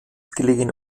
gelegene